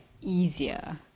easier